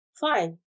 fine